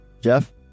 Jeff